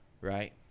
right